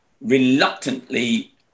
reluctantly